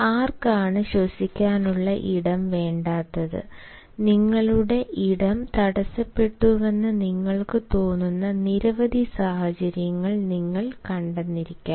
ആർക്കാണ് ശ്വസിക്കാനുള്ള ഇടം വേണ്ടാത്തത് നിങ്ങളുടെ ഇടം തടസ്സപ്പെട്ടുവെന്ന് നിങ്ങൾക്ക് തോന്നുന്ന നിരവധി സാഹചര്യങ്ങൾ നിങ്ങൾ കണ്ടിരിക്കാം